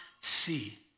see